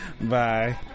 Bye